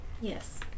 Yes